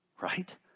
Right